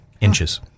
inches